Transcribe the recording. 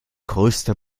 größte